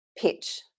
pitch